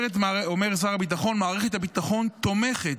אומר שר הביטחון: מערכת הביטחון תומכת